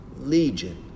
legion